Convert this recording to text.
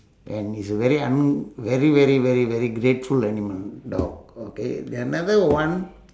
and it's a very I mean very very very very grateful animal dog okay then another one